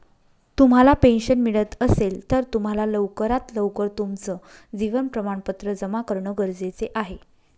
तुम्हाला पेन्शन मिळत असेल, तर तुम्हाला लवकरात लवकर तुमचं जीवन प्रमाणपत्र जमा करणं गरजेचे आहे